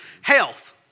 health